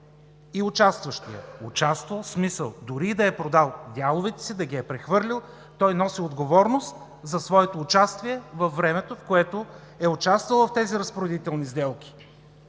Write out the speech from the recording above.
и участващият. Участвал, в смисъл, дори и да е продал дяловете си, да ги е прехвърлил, той носи отговорност за своето участие във времето, в което е участвал в тези разпоредителни сделки.